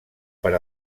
per